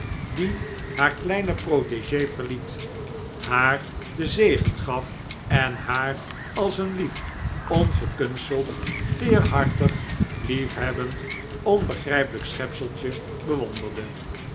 die haar kleine protegee verliet haar den zegen gaf en haar als een lief ongekunsteld teerhartig liefhebbend onbegrijpelijk schepseltje bewonderde